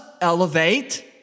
elevate